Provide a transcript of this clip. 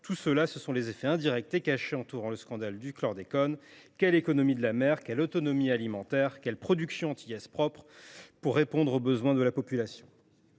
voilà les phénomènes indirects et cachés qui entourent le scandale du chlordécone. Quelle économie de la mer, quelle autonomie alimentaire, quelle production antillaise propre peuvent répondre aux besoins de la population ?